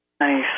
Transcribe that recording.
Nice